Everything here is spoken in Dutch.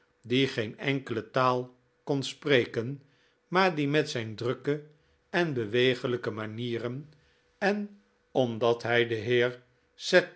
die geen enkele taal kon spreken maar die met zijn drukke en bewegelijke manieren en omdat hij den